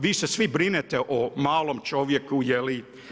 Vi se svi brinete o malom čovjeku je li?